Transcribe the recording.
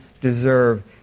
deserve